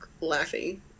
laughing